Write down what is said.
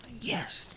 Yes